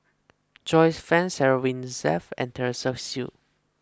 Joyce Fan Sarah Winstedt and Teresa Hsu